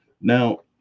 Now